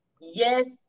yes